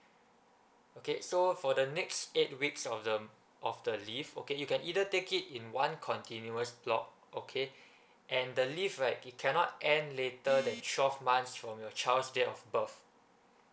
okay so for the next eight weeks of the of the leave okay you can either take it in one continuous block okay and the leave right it cannot end later than twelve months from your child's date of birth